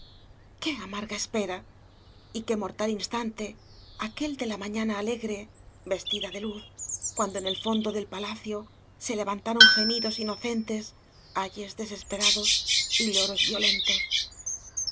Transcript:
qué amarga espera y qué mortal instante aquél de la ma ñana alegre vestida de luz cuando en el íondo del palacio se levantaron gemidos ino centes ayes desesperados y lloros violentos